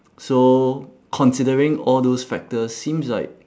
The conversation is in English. so considering all those factors seems like